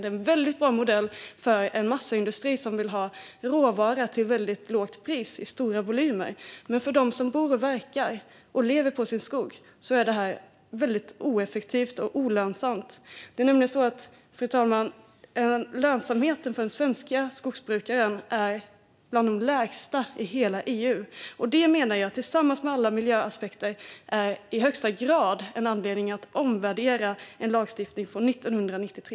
Det är en mycket bra modell för en massaindustri som vill ha råvara till lågt pris i stora volymer, men för dem som bor, verkar och lever på sin skog är det oeffektivt och olönsamt. Fru talman! Lönsamheten för den svenska skogsbrukaren är bland de lägsta i hela EU. Det är tillsammans med alla miljöaspekter i högsta grad en anledning att omvärdera en lagstiftning från 1993.